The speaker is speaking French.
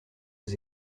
aux